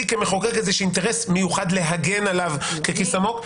כמחוקק איזה שהוא אינטרס מיוחד להגן עליו ככיס עמוק,